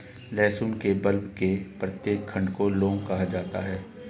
लहसुन के बल्ब के प्रत्येक खंड को लौंग कहा जाता है